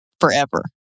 forever